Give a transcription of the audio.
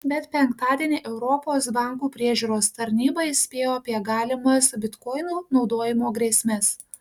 bet penktadienį europos bankų priežiūros tarnyba įspėjo apie galimas bitkoinų naudojimo grėsmes